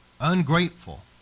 Ungrateful